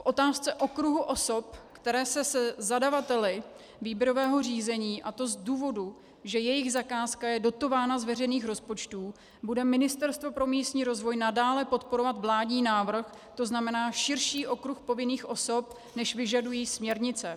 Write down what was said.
V otázce okruhu osob, které se se zadavateli výběrového řízení, a to z důvodu, že jejich zakázka je dotována z veřejných rozpočtů, bude Ministerstvo pro místní rozvoj nadále podporovat vládní návrh, to znamená širší okruh povinných osob, než vyžadují směrnice.